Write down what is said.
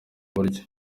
buryo